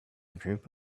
group